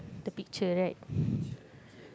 the picture right